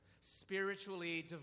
spiritually